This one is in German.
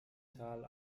tal